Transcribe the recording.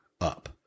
up